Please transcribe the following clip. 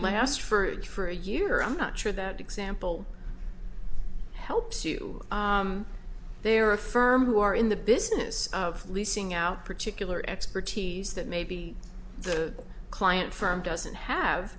last for it for a year i'm not sure that example helps you there are a firm who are in the business of leasing out particular expertise that may be the client firm doesn't have